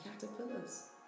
caterpillars